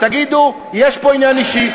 תגידו: יש פה עניין אישי,